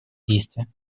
действия